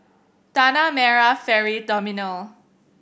Tanah Merah Ferry Terminal